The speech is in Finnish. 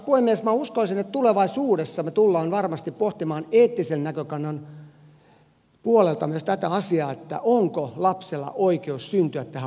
minä uskoisin että tulevaisuudessa me tulemme varmasti pohtimaan eettisen näkökannan puolelta myös tätä asiaa onko lapsella oikeus syntyä tähän maailmaan